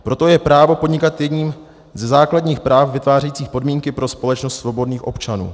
Proto je právo podnikat jedním ze základních práv vytvářejících podmínky pro společnost svobodných občanů.